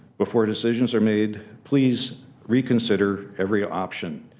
before decisions are made, please reconsider every option.